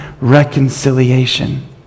reconciliation